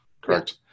correct